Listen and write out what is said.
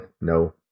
No